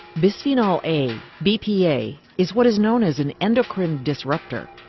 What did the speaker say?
bisphenol a, bpa, is what is known as an endocrine disruptor.